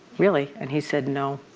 really, and he said, no,